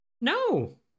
No